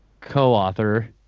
co-author